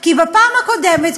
כי בפעם הקודמת,